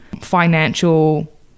financial